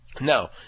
Now